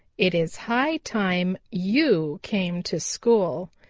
it is high time you came to school.